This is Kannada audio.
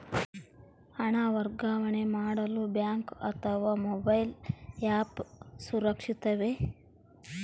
ಹಣ ವರ್ಗಾವಣೆ ಮಾಡಲು ಬ್ಯಾಂಕ್ ಅಥವಾ ಮೋಬೈಲ್ ಆ್ಯಪ್ ಸುರಕ್ಷಿತವೋ?